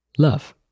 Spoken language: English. Love